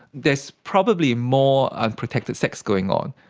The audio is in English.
there's probably more unprotected sex going on.